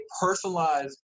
personalized